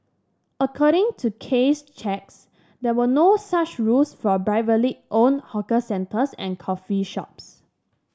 according to case checks there were no such rules for privately owned hawker centres and coffee shops